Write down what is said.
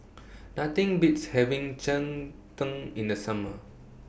Nothing Beats having Cheng Tng in The Summer